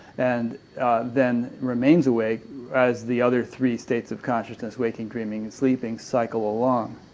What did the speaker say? and then remains awake as the other three states of consciousness waking, dreaming and sleeping cycle along.